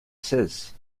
says